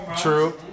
True